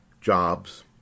Jobs